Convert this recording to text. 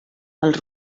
els